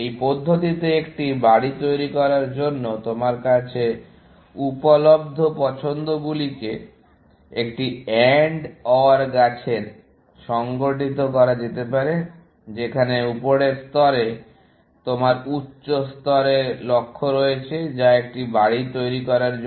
এই পদ্ধতিতে একটি বাড়ি তৈরি করার জন্য তোমার কাছে উপলব্ধ পছন্দ গুলিকে একটি AND OR গাছে সংগঠিত করা যেতে পারে যেখানে উপরের স্তরে তোমার উচ্চ স্তরের লক্ষ্য রয়েছে যা একটি বাড়ি তৈরি করার জন্য